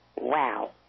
wow